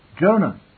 Jonah